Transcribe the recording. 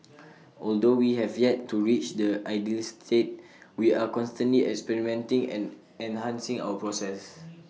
although we have yet to reach the ideal state we are constantly experimenting and enhancing our processes